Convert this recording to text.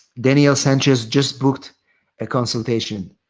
daniel sanchez just booked a consultation.